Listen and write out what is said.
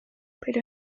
pero